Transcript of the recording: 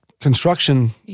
construction